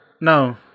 No